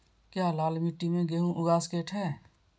क्या लाल मिट्टी में गेंहु उगा स्केट है?